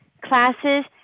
classes